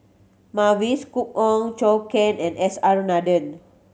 Mavis Khoo Oei Zhou Can and S R Nathan